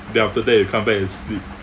then after that you come back and sleep